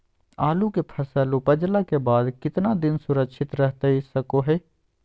आलू के फसल उपजला के बाद कितना दिन सुरक्षित रहतई सको हय?